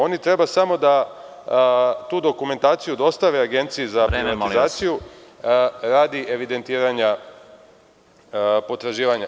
Oni treba samo da tu dokumentaciju dostave Agenciji za privatizaciju radi evidentiranja potraživanja.